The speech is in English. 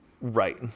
Right